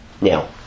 Now